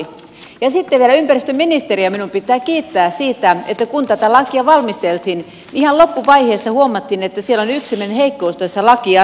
ja sitten vielä ympäristöministeriä minun pitää kiittää siitä että kun tätä lakia valmisteltiin ihan loppuvaiheessa huomattiin että siellä on yksi heikkous tässä lakiasiassa